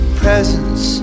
presence